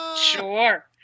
sure